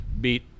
beat